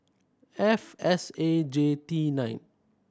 F S A J T nine